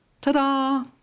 Ta-da